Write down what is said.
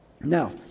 Now